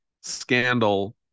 scandal